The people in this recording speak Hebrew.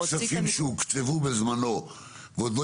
אבל אותם כספים שהוקצבו בזמנו ועוד לא